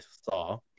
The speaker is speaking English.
saw